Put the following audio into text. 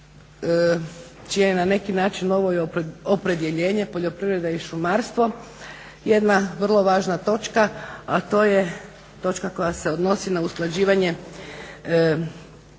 čije je na neki način ovo i opredjeljenje poljoprivreda i šumarstvo, jedna vrlo važna točka a to je točka koja se odnosi na usklađivanje Uredbe